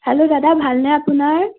hello দাদা ভালনে আপোনাৰ